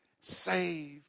saved